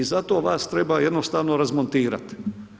I zato vas treba jednostavno razmontirati.